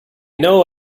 know